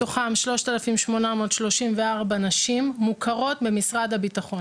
מתוכם 3,834 נשים מוכרות במשרד הביטחון.